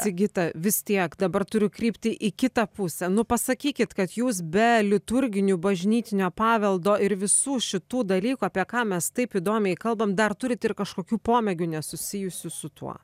sigita vis tiek dabar turiu krypti į kitą pusę nu pasakykit kad jūs be liturginių bažnytinio paveldo ir visų šitų dalykų apie ką mes taip įdomiai kalbam dar turit ir kažkokių pomėgių nesusijusių su tuo